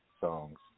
songs